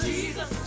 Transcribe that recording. Jesus